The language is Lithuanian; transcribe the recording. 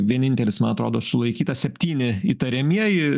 vienintelis man atrodo sulaikytas septyni įtariamieji